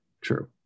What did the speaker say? True